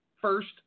First